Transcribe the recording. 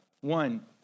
One